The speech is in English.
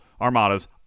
Armadas